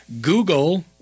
Google